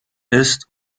ist